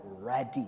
ready